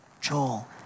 Joel